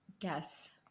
Yes